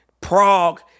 Prague